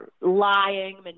lying